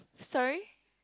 sorry